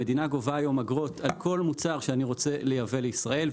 המדינה גובה היום אגרות על כל מוצר שאני רוצה לייבא לישראל.